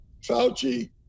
Fauci